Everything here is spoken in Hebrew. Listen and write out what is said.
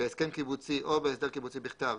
בהסכם קיבוצי או בהסדר קיבוצי בכתב,